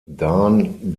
dan